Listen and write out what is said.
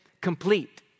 complete